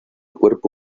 cuerpo